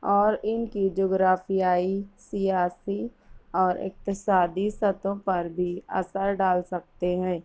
اور ان کی جغرافیائی سیاسی اور اقتصادی سطح پر بھی اثر ڈال سکتے ہیں